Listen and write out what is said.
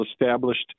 established